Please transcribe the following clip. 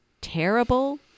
terrible